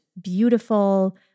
beautiful